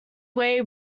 way